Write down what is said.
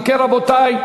אם כן, רבותי,